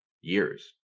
years